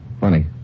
Funny